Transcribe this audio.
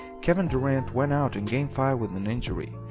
kevin durant went out in game five with an injury.